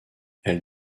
elle